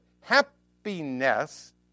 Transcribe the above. happiness